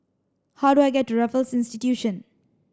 how do I get to Raffles Institution